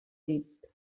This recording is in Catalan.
llit